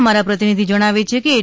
અમારા પ્રતિનિધિ જણાવે છે કે એ